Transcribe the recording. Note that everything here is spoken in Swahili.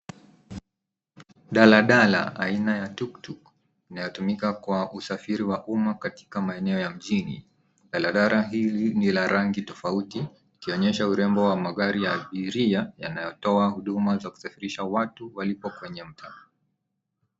Dala Dala aina ya tuktuk inayotumika kwa usafiri wa umma katika maeneo ya mjini. Dala dala hili ni la rangi tofauti ukionyesha urembo wa magari ya abiria yanayotoa huduma ya kusafirisha watu walio kwenye mtaa.